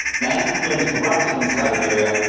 mantle plumes erupted in siberia,